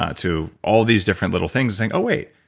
ah to all these different little things saying, oh, wait,